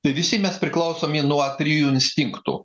tai visi mes priklausomi nuo trijų instinktų